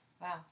Wow